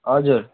हजुर